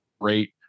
great